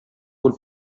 col